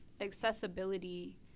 accessibility